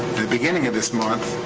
the beginning of this month,